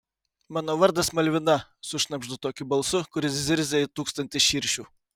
mano vardas malvina sušnabždu tokiu balsu kuris zirzia it tūkstantis širšių